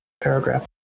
paragraph